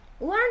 learn